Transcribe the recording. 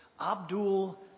Abdul